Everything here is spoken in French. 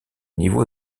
niveau